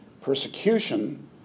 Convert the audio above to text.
Persecution